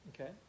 Okay